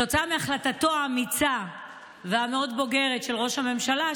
כתוצאה מהחלטתו האמיצה והמאוד-בוגרת של ראש הממשלה,